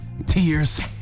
Tears